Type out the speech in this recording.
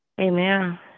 Amen